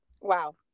wow